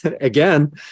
again